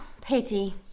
Pity